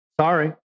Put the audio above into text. Sorry